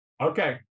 Okay